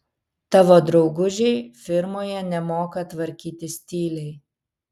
tavo draugužiai firmoje nemoka tvarkytis tyliai